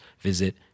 visit